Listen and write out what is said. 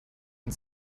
und